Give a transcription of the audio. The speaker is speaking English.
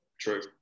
True